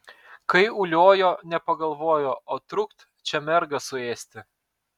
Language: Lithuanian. kai uliojo nepagalvojo o trukt čia mergą suėsti